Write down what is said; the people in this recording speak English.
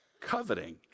coveting